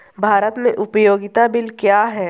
भारत में उपयोगिता बिल क्या हैं?